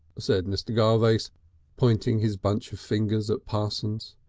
said mr. garvace pointing his bunch of fingers at parsons.